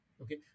Okay